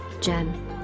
Jen